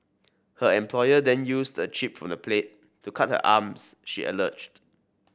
her employer then used a chip from the plate to cut her arms she alleged